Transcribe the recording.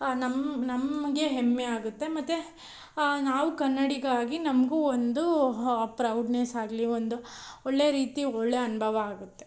ನಮ್ಮ ನಮಗೆ ಹೆಮ್ಮೆ ಆಗುತ್ತೆ ಮತ್ತು ನಾವು ಕನ್ನಡಿಗ ಆಗಿ ನಮಗೂ ಒಂದು ಪ್ರೌಡ್ನೆಸ್ ಆಗಲಿ ಒಂದು ಒಳ್ಳೆಯ ರೀತಿ ಒಳ್ಳೆಯ ಅನುಭವ ಆಗುತ್ತೆ